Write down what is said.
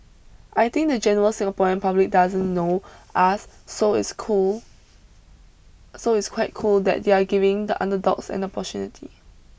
I think the general Singaporean public doesn't know us so it's cool so it's quite cool that they're giving the underdogs an opportunity